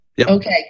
Okay